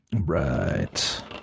Right